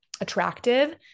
attractive